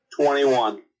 Twenty-one